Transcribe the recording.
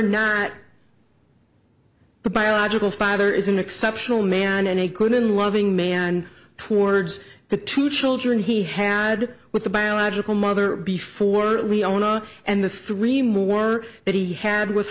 not the biological father is an exceptional man and a good and loving man towards the two children he had with the biological mother before leona and the three more that he had with